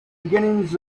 beginnings